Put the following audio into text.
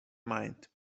mind